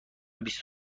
بیست